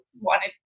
wanted